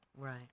Right